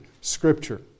scripture